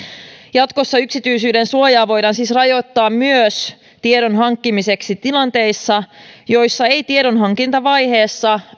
jatkossa yksityisyydensuojaa voidaan siis rajoittaa myös tiedon hankkimiseksi tilanteissa joissa ei tiedonhankintavaiheessa